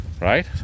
right